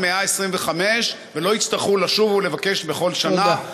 מאה-ועשרים-וחמש ולא יצטרכו לשוב ולבקש בכל שנה.